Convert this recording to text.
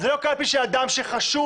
זה לא קלפי שאדם שחשוד,